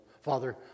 Father